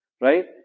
right